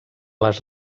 les